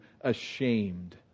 ashamed